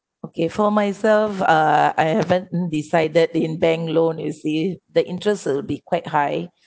okay for myself uh I haven't decided in bank loan you see the interest will be quite high